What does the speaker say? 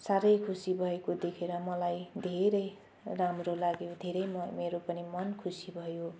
साह्रै खुसी भएको देखेर मलाई धेरै राम्रो लाग्यो धेरै म मेरो पनि मन खुसी भयो